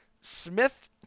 Smith